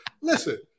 Listen